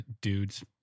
dudes